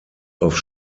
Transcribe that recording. auf